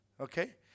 Okay